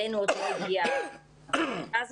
אלינו עוד לא הגיעה הבקשה הזאת.